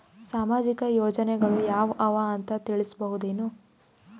ಸಾಮಾಜಿಕ ಯೋಜನೆಗಳು ಯಾವ ಅವ ಅಂತ ತಿಳಸಬಹುದೇನು?